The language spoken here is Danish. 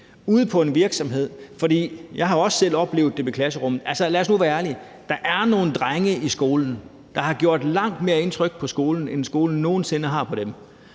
ude på en virksomhed. Jeg har også selv oplevet det i klasserummet. Lad os nu være ærlige: Der er nogle drenge i skolen, der har gjort langt mere indtryk på skolen, end skolen nogen sinde har gjort på dem.